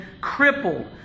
crippled